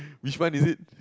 which one is it